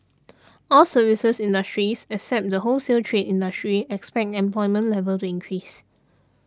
all services industries except the wholesale trade industry expect employment level to increase